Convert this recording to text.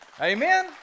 Amen